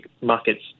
markets